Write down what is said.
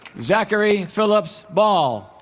zachary phillips ball